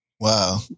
Wow